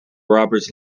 robbers